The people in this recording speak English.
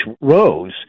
rose